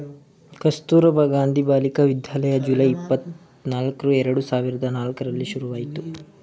Kasturba Gandhi Balika Vidyalaya July, ಇಪ್ಪತನಲ್ಕ್ರ ಎರಡು ಸಾವಿರದ ನಾಲ್ಕರಲ್ಲಿ ಶುರುವಾಯ್ತು